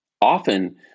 often